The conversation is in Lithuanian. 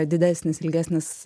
didesnis ilgesnis